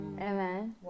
Amen